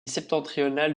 septentrionale